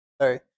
sorry